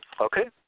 Okay